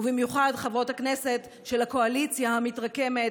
ובמיוחד חברות הכנסת של הקואליציה המתרקמת: